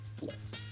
Yes